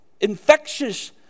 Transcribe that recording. infectious